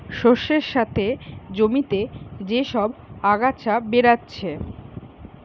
শস্যের সাথে জমিতে যে সব আগাছা বেরাচ্ছে